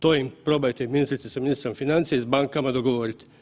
To im probajte ministrice, s ministrom financija i s bankama dogovoriti.